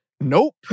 Nope